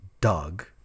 Doug